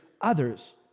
others